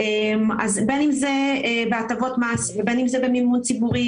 בין אם זה בהטבות מס ובין אם זה במימון ציבורי